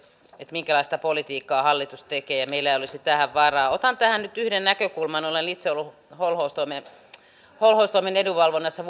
minkälaista politiikkaa hallitus tekee ja siitä että meillä ei olisi tähän varaa otan tähän nyt yhden näkökulman olen itse ollut vuosikausia töissä holhoustoimen edunvalvonnassa